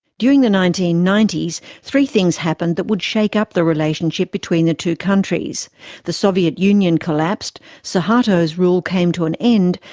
during the nineteen ninety s three things happened that would shake up the relationship between the two countries the soviet union collapsed, suharto's rule came to an end,